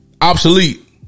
obsolete